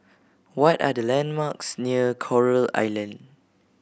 what are the landmarks near Coral Island